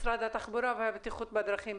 משרד התחבורה והבטיחות בדרכים.